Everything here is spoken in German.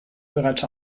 bereits